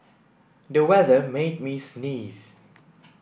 the weather made me sneeze